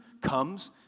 comes